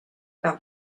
par